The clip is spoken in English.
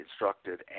instructed